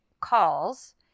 calls